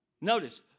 Notice